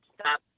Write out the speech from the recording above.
stop